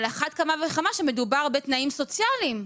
על אחת כמה וכמה שמדובר בתנאים סוציאליים,